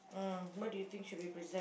ah what do you think should be preserved